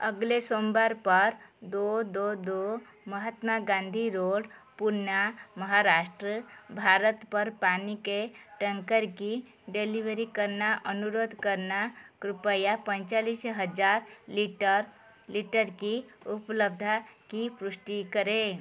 अगले सोमवार पर दो दो दो महात्मा गांधी रोड पूणे महाराष्ट्र भारत पर पानी के टैंकर की डेलीवरी करना अनुरोध करना कृप्या पैंतालीस हज़ार लीटर लीटर की उपलब्धता की पुष्टि करें